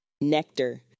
nectar